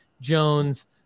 Jones